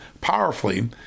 powerfully